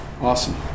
Awesome